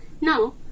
Now